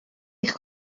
eich